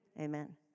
Amen